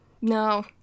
No